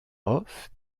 hof